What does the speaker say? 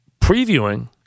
previewing